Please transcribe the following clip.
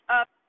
up